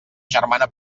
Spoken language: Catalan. germana